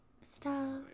Stop